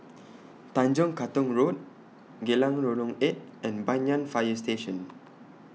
Tanjong Katong Road Geylang Lorong eight and Banyan Fire Station